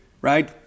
right